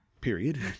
period